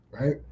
right